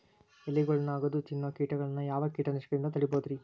ಎಲಿಗೊಳ್ನ ಅಗದು ತಿನ್ನೋ ಕೇಟಗೊಳ್ನ ಯಾವ ಕೇಟನಾಶಕದಿಂದ ತಡಿಬೋದ್ ರಿ?